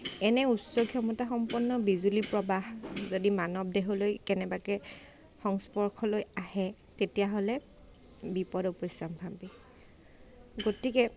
এনে উচ্চ ক্ষমতাসম্পন্ন বিজুলী প্ৰবাহ যদি মানৱ দেহলৈ কেনেবাকৈ সংস্পৰ্শলৈ আহে তেতিয়াহ'লে বিপদ অৱশ্যম্ভাৱী গতিকে